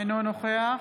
אינו נוכח